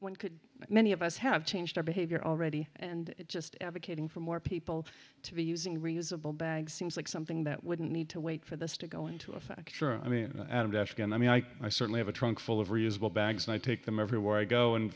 one could many of us have changed our behavior already and just advocating for more people to be using reusable bags seems like something that wouldn't need to wait for this to go into effect sure i mean at ashdown i mean i i certainly have a trunk full of reusable bags and i take them everywhere i go